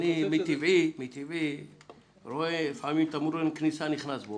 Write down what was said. מטבעי אני רואה לפעמים תמרור אין כניסה ונכנס בו.